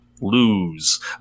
lose